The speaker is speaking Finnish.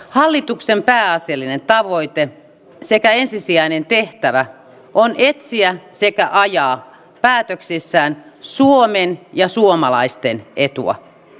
hallituksen pääasiallinen tavoite sekä ensisijainen tehtävä on etsiä sekä ajaa päätöksissään suomen ja suomalaisten etua